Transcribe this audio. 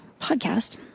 podcast